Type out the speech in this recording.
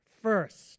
first